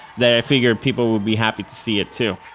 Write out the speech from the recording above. that i figured people would be happy to see it too